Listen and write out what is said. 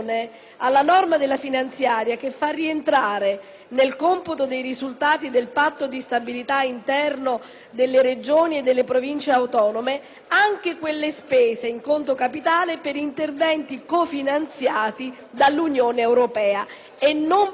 nel computo dei risultati del patto di stabilità interno delle Regioni e delle Province autonome anche quelle spese in conto capitale per interventi cofinanziati dall'Unione europea e non per la parte di competenza regionale.